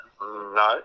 No